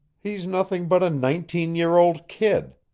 he's nothing but a nineteen-year old kid.